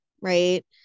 right